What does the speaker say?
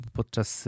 podczas